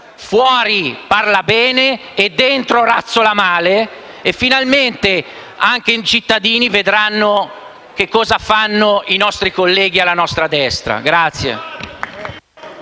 fuori parla bene e dentro razzola male. E finalmente anche i cittadini vedranno cosa fanno i colleghi alla nostra destra.